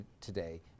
today